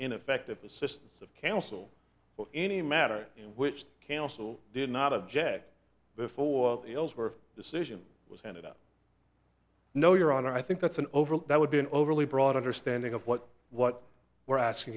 ineffective assistance of counsel or any matter which can also did not object before ils were decision was handed up no your honor i think that's an overt that would be an overly broad understanding of what what we're asking